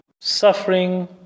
suffering